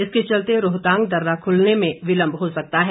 इसके चलते रोहतांग दर्रा खुलने में बिलम्ब हो सकता है